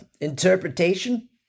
interpretation